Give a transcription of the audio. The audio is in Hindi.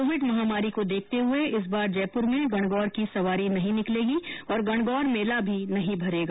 कोविड महामारी को देखते हुये इस बार जयपुर में गणगौर की सवारी नहीं निकलेगी और गणगौर मेला भी नहीं भरेगा